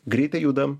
greitai judam